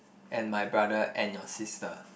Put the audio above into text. and my brother and your sister